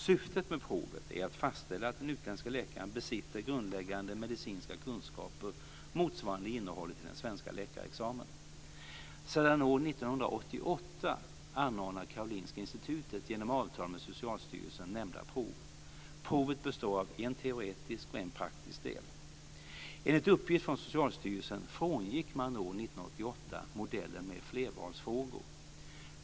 Syftet med provet är att fastställa att den utländske läkaren besitter grundläggande medicinska kunskaper motsvarande innehållet i svensk läkarexamen. Sedan år 1988 anordnar Karolinska Institutet genom avtal med Socialstyrelsen nämnda prov. Provet består av en teoretisk och en praktisk del. Enligt uppgift från Socialstyrelsen frångick man år 1988 modellen med flervalsfrågor.